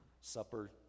supper